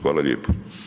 Hvala lijepo.